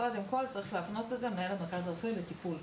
קודם כל צריך להפנות את זה למנהל המרכז הרפואי לטיפול,